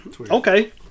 Okay